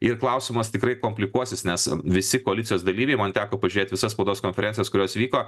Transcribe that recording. ir klausimas tikrai komplikuosis nes visi koalicijos dalyviai man teko pažiūrėt visas spaudos konferencijas kurios vyko